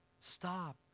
Stop